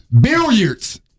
billiards